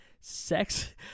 Sex